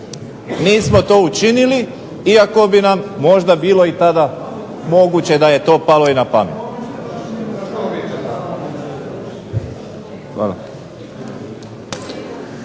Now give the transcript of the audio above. Nismo to učinili, iako bi nam možda bilo i tada moguće da je to palo i na pamet. Hvala.